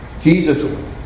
Jesus